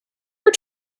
ever